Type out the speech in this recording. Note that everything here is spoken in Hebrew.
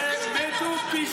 ומתו פי שניים.